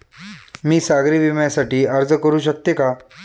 मी सागरी विम्यासाठी अर्ज करू शकते का?